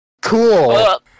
Cool